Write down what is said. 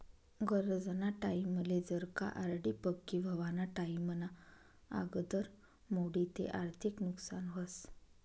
गरजना टाईमले जर का आर.डी पक्की व्हवाना टाईमना आगदर मोडी ते आर्थिक नुकसान व्हस